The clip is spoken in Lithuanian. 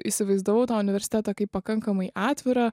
įsivaizdavau tą universitetą kaip pakankamai atvirą